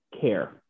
care